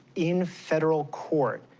in federal court,